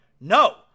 No